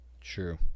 True